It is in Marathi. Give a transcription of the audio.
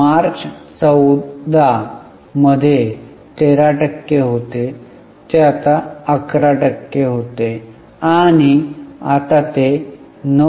मार्च 14 मध्ये जे 13 टक्के होते ते 11 टक्के होते आणि आता ते 9